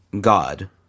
God